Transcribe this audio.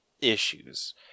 issues